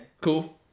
Cool